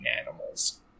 animals